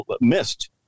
missed